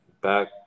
back